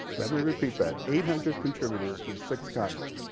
let me. repeat that, eight hundred contributors from six continents.